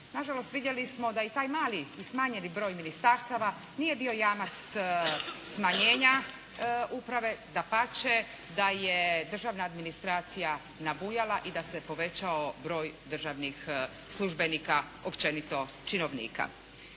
Nažalost vidjeli smo da i taj mali i smanjeni broj ministarstava nije bio jamac smanjenja uprave. Dapače da je državna administracija nabujala i da se povećao broj državnih službenika, općenito činovnika.